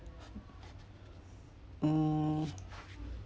mm